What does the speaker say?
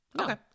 Okay